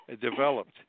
developed